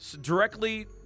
directly